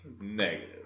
negative